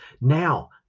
Now